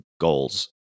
goals